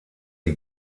die